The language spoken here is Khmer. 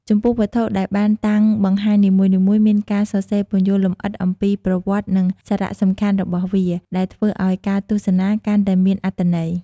ចំពោះវត្ថុដែលបានតាំងបង្ហាញនីមួយៗមានការសរសេរពន្យល់លម្អិតអំពីប្រវត្តិនិងសារៈសំខាន់របស់វា ដែលធ្វើឲ្យការទស្សនាកាន់តែមានអត្ថន័យ។